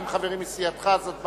אם חברים מסיעתך, זאת בעיה.